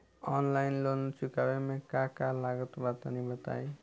Online loan चुकावे म का का लागत बा तनि बताई?